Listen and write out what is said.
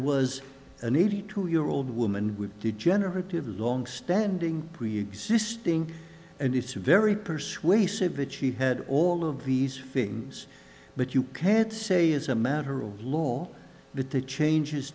was an eighty two year old woman with a degenerative longstanding preexisting and it's very persuasive itchy had all of these feelings but you can't say as a matter of law that the changes